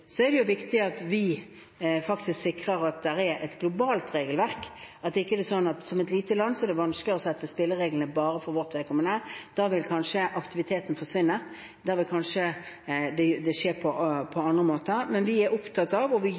er det viktig at vi faktisk sikrer at det er et globalt regelverk. Som et lite land er det vanskelig å sette spillereglene bare for vårt vedkommende. Da vil kanskje aktiviteten forsvinne. Da vil det kanskje skje på andre måter. Men vi er opptatt av og vi